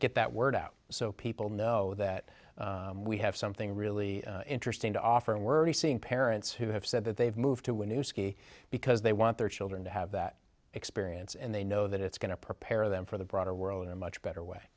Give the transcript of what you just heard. get that word out so people know that we have something really interesting to offer and we're seeing parents who have said that they've moved to a new ski because they want their children to have that experience and they know that it's going to prepare them for the broader world in a much better way